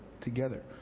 together